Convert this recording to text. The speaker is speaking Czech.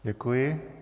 Děkuji.